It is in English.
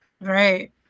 Right